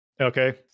okay